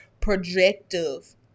projective